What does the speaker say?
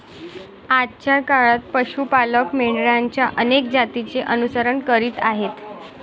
आजच्या काळात पशु पालक मेंढरांच्या अनेक जातींचे अनुसरण करीत आहेत